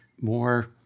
more